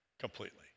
Completely